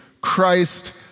Christ